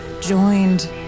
joined